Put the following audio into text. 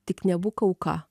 tik nebūk auka